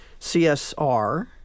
CSR